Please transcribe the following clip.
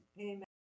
Amen